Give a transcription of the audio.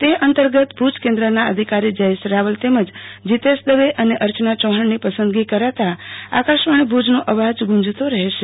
તે અંતગત ભુજ કેન્દ્રના અધિકારી જયેશ રાવલ તેમજ જીતેશ દવ અને અર્ચના ચૌહાણની પસંદગી કરાતા આકાશવાણી ભુજનો અવાજ ગુંજતો રહશે